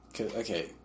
Okay